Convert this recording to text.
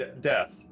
death